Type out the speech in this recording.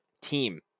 team